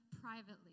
privately